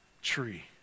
tree